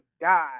God